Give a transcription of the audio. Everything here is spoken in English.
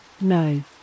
No